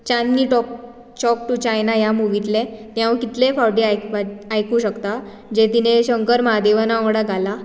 चांदनी टोप Chowk to China ह्या मुवींतलें हांव कितले फावटी आयकपा आयकूंक शकता जें तिणें शंकर महादेवा वांगडा गायलां